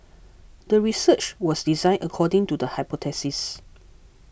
the research was designed according to the hypothesis